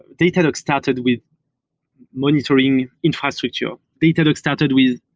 datadog started with monitoring infrastructure. datadog started with,